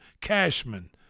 Cashman